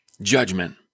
judgment